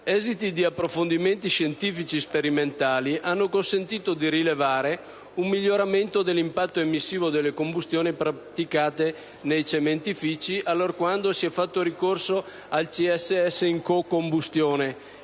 esiti di approfondimenti scientifici sperimentali hanno consentito di rilevare un miglioramento dell'impatto emissivo delle combustioni praticate nei cementifici allorquando si è fatto ricorso al CSS in co-combustione.